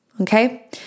okay